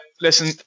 listen